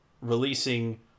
releasing